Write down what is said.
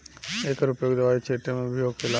एकर उपयोग दवाई छींटे मे भी होखेला